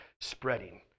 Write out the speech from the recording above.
spreading